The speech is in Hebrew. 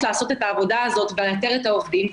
לעשות את העבודה הזאת ולאתר את העובדים.